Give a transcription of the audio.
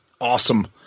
Awesome